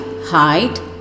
height